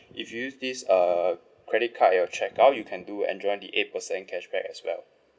if you use this err credit card on your checkout you can do enjoy the eight per cent cashback as well